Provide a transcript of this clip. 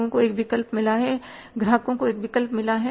लोगों को एक विकल्प मिला है ग्राहकों को एक विकल्प मिला है